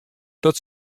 dat